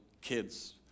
kids